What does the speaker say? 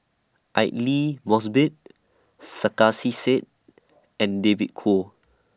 Aidli Mosbit Sarkasi Said and David Kwo